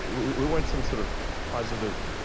we want some sort of positive